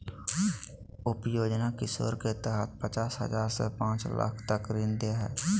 उप योजना किशोर के तहत पचास हजार से पांच लाख तक का ऋण दे हइ